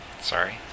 Sorry